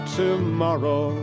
tomorrow